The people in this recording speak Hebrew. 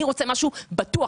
אני רוצה משהו בטוח.